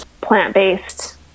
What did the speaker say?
plant-based